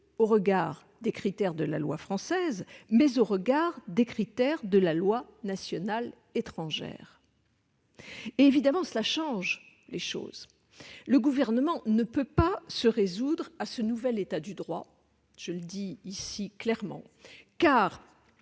au regard non plus des critères de la loi française, mais des critères de la loi nationale étrangère. Évidemment, cela change les choses. Le Gouvernement ne peut se résoudre à ce nouvel état du droit, je le dis clairement. En